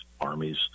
armies